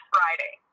Friday